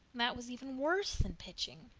that was even worse than pitching!